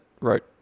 wrote